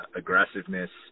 aggressiveness